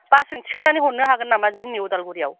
बासजों थिखोनानै हरन हगोन नामा जोंनि उदालगुरियाव